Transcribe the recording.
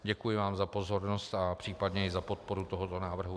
Děkuji vám za pozornost a případně i za podporu tohoto návrhu.